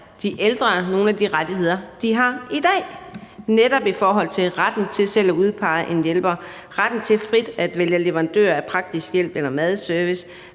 de ældre nogle af de rettigheder, de har i dag? Netop retten til selv at udpege en hjælper, retten til frit at vælge leverandør af praktisk hjælp eller madservice,